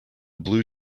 blue